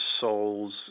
soul's